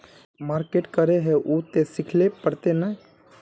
Market करे है उ ते सिखले पड़ते नय?